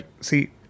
see